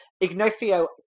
Ignacio